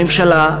הממשלה,